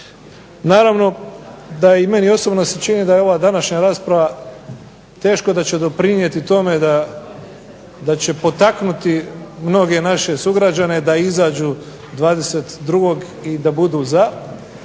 Naravno da meni se osobno čini da ova današnja rasprava teško da će doprinijeti tome da će potaknuti mnoge naše sugrađane da izađu 22. i da budu za,